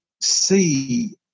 see